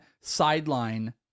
sideline